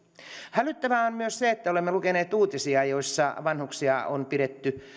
hälyttävää on myös se että olemme lukeneet uutisia joiden mukaan vanhuksia on pidetty